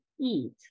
eat